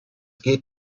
geht